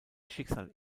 schicksal